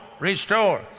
restore